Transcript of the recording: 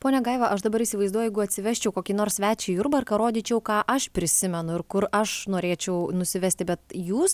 ponia gaiva aš dabar įsivaizduoju jeigu atsivesčiau kokį nors svečią jurbarką rodyčiau ką aš prisimenu ir kur aš norėčiau nusivesti bet jūs